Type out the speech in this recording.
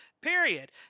Period